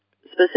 specific